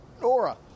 Nora